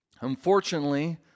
Unfortunately